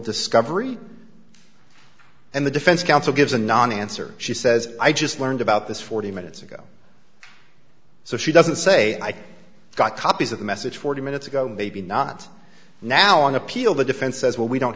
discovery and the defense counsel gives a non answer she says i just learned about this forty minutes ago so she doesn't say i got copies of the message forty minutes ago maybe not now on appeal the defense says well we don't